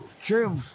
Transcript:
True